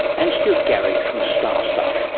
and stuart gary from star stuff